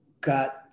got